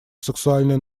сексуальное